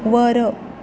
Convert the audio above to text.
वर